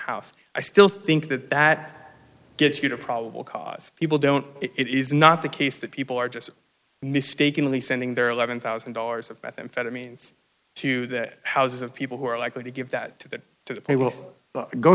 house i still think that that gets you to probable cause people don't it is not the case that people are just mistakenly thinking there are eleven thousand dollars about them fed it means to that house of people who are likely to give that to that they will go